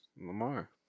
Lamar